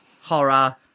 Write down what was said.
horror